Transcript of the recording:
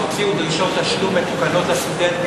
הוציאו דרישות תשלום מתוקנות לסטודנטים.